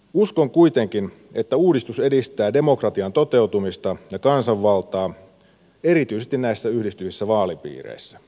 uskon kuitenkin että uudistus edistää demokratian toteutumista ja kansanvaltaa erityisesti näissä yhdistyvissä vaalipiireissä